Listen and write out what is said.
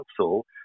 Council